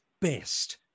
best